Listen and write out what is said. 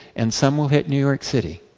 and some will hit new york city.